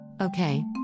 Okay